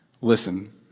listen